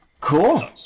Cool